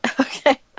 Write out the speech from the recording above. Okay